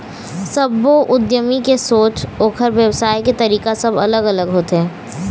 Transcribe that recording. सब्बो उद्यमी के सोच, ओखर बेवसाय के तरीका सब अलग अलग होथे